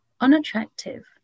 unattractive